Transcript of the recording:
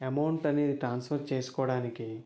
amount అనేది transfer చేసుకోవడానికి